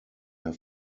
der